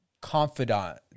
confidant